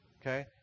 Okay